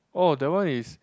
orh that one is